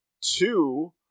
two